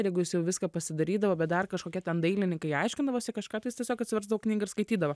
ir jeigu jis jau viską pasidarydavo bet dar kažkokie ten dailininkai aiškindavosi kažkątai jis tiesiog atsiversdavo knygą ir skaitydavo